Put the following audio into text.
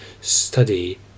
study